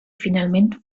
finalment